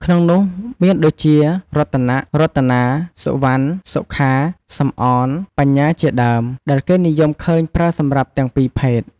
ក្នុងនោះមានដូចជា រតនៈ រតនា សុវណ្ណ សុខា សំអន បញ្ញាជាដើម ដែលគេនិយមឃើញប្រើសម្រាប់ទាំងពីរភេទ។